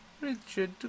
Richard